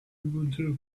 ubuntu